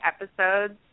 episodes